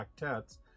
octets